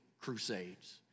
crusades